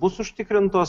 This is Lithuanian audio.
bus užtikrintos